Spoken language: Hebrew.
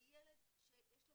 לילד שיש לו